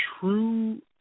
True